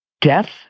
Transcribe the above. death